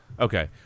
Okay